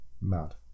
mad